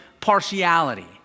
partiality